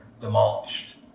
demolished